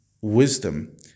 wisdom